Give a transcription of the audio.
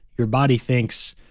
your body thinks,